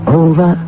over